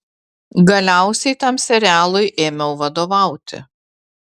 galiausiai tam serialui ėmiau vadovauti